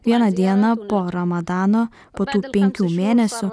vieną dieną po ramadano po tų penkių mėnesių